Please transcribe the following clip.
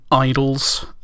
idols